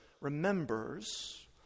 remembers